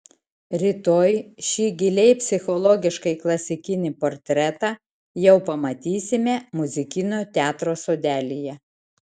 rytoj šį giliai psichologiškai klasikinį portretą jau pamatysime muzikinio teatro sodelyje